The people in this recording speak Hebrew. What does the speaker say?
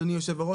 אדוני היו"ר,